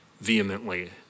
vehemently